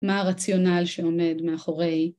מה הרציונל שעומד מאחורי